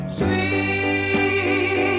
Sweet